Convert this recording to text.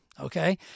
Okay